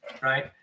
right